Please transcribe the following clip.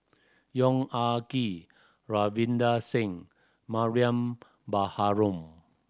Yong Ah Kee Ravinder Singh Mariam Baharom